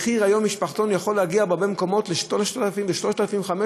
המחיר היום למשפחתון יכול להגיע בהרבה מקומות ל-3,000 ו-3,500,